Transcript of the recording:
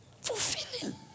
Fulfilling